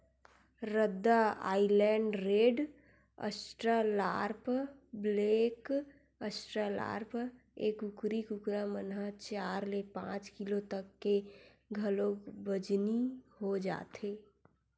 रद्दा Island Red, Australorp, black Australorp, ए कुकरी कुकरा मन ह चार ले पांच किलो तक के घलोक बजनी हो जाथे